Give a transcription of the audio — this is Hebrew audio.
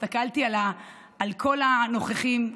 הסתכלתי על כל הנוכחים,